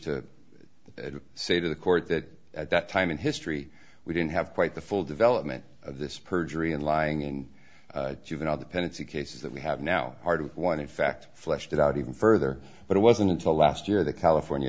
to say to the court that at that time in history we didn't have quite the full development of this perjury and lying in juvenile the penalty cases that we have now part of one in fact fleshed it out even further but it wasn't until last year that california